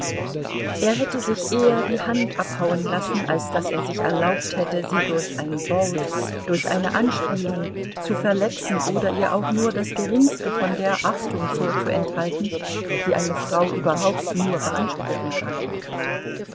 er hätte sich eher die hand abhauen lassen als daß er sich erlaubt hätte sie durch ein wort durch eine anspielung zu verletzen oder ihr auch nur das geringste von der achtung vorzuenthalten die eine frau überhaupt nur beanspruchen kann